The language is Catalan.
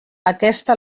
aquesta